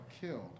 killed